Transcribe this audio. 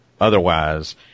otherwise